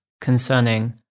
concerning